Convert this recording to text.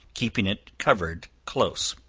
keeping it covered close,